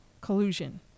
collusion